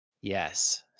yes